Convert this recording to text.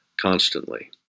constantly